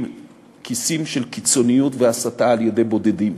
כיסים של קיצוניות והסתה על-ידי בודדים,